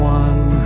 one